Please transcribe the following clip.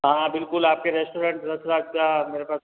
हाँ बिल्कुल आपके रेस्टोरेंट दसराज का मेरे पास